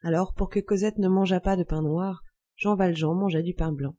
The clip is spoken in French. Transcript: alors pour que cosette ne mangeât pas de pain noir jean valjean mangeait du pain blanc